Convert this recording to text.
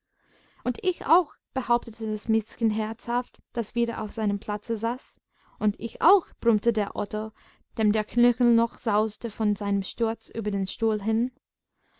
und ich auch behauptete das miezchen herzhaft das wieder auf seinem platze saß und ich auch brummte der otto dem der knöchel noch sauste von seinem sturz über den stuhl hin